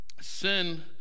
sin